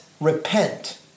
Repent